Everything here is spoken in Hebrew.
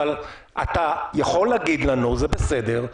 אבל אתה יכול להגיד לנו זה בסדר,